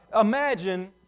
imagine